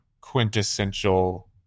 quintessential